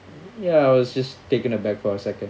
ya I was just taken aback for a second